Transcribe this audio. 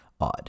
odd